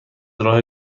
راه